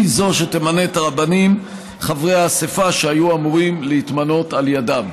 היא שתמנה את הרבנים חברי האספה שהיו אמורים להתמנות על ידיהם.